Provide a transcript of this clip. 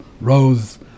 rose